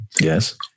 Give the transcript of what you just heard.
Yes